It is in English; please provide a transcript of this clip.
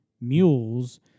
mules